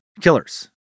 killers